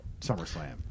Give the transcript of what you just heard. SummerSlam